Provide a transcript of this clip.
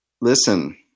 listen